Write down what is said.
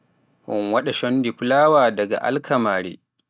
un waɗa shondi fulawa daga alkamaree.